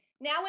Now